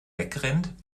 wegrennt